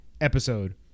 episode